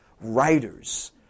writers